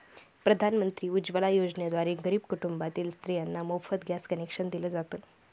प्रधानमंत्री उज्वला योजनेद्वारे गरीब कुटुंबातील स्त्रियांना मोफत गॅस कनेक्शन दिल जात